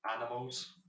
animals